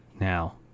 Now